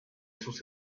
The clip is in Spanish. sus